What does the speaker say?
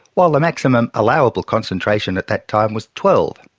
while the maximum allowable concentration at that time was twelve.